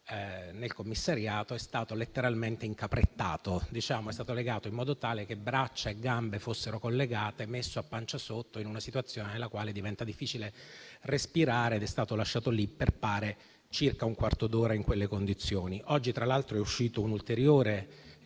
nel commissariato, è stato letteralmente incaprettato, è stato cioè legato in modo tale che braccia e gambe fossero collegate, messo a pancia sotto in una posizione nella quale diventa difficile respirare, ed è stato lasciato lì in quelle condizioni per circa un quarto d'ora. Oggi tra l'altro è uscito un ulteriore